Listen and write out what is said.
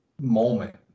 moment